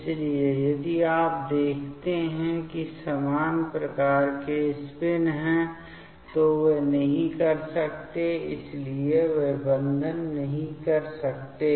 इसलिए यदि आप देखते हैं कि वे समान प्रकार के स्पिन हैं तो वे नहीं कर सकते इसलिए वे बंधन नहीं बना सकते